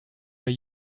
were